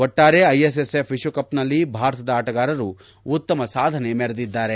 ಒಟ್ಟಾರೆ ಐಎಸ್ಎಫ್ ವಿಶ್ವಕಪ್ನಲ್ಲಿ ಭಾರತದ ಆಟಗಾರರು ಉತ್ತಮ ಸಾಧನೆ ಮೆರೆದಿದ್ದಾರೆ